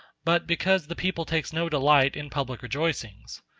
but because the people takes no delight in public rejoicings.